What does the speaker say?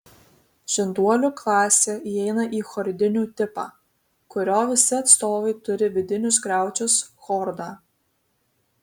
žinduolių klasė įeina į chordinių tipą kurio visi atstovai turi vidinius griaučius chordą